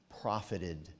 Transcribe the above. profited